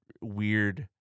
weird